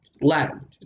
Latin